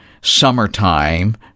summertime